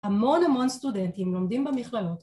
‫המון המון סטודנטים לומדים במכללות.